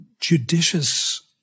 judicious